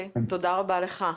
תודה רבה לך.